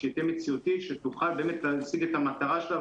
שתהיה מציאותית ושתוכל להשיג את המטרה שלה,